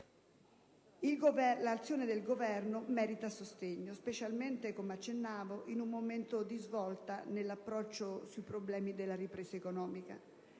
l'azione del Governo merita sostegno, specialmente, come accennavo, in un momento di svolta nell'approccio sui problemi della ripresa economica.